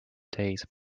days